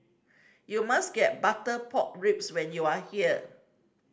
you must get butter pork ribs when you are here